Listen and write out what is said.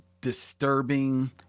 disturbing